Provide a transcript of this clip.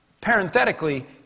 parenthetically